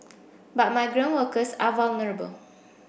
but migrant workers are vulnerable